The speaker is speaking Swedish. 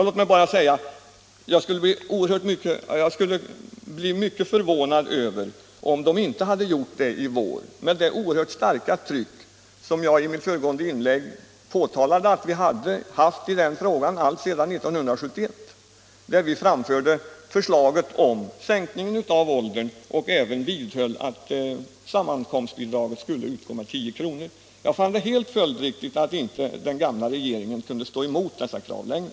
Låt mig bara säga att ' jag skulle ha blivit mycket förvånad om den inte hade gjort det, med det oerhört starka tryck som jag i mitt föregående inlägg framhöll att man hade haft i den frågan alltsedan 1971, då vi framförde förslaget om sänkning av åldersgränsen och även vidhöll att sammankomstbidraget skulle utgå med 10 kr. Jag fann det helt följdriktigt att den gamla regeringen inte kunde stå emot dessa krav längre.